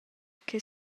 che